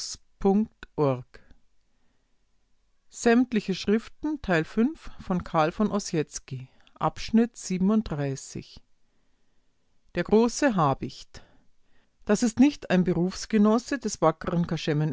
der große habicht das ist nicht ein berufsgenosse des